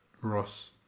Ross